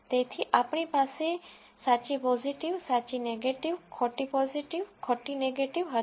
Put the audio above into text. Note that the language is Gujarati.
તેથી આપણી પાસે સાચી પોઝીટિવ સાચી નેગેટીવ ખોટી પોઝીટિવ ખોટી નેગેટીવ હતી